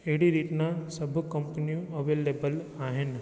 अहिड़ी रीत ना सभ कंपनियूं अवेलेबल आहिनि